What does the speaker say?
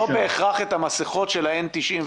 לא בהכרח את המסכות של ה- 95-N,